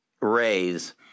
raise